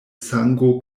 sango